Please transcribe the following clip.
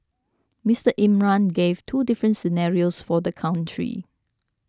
Mister Imran gave two different scenarios for the country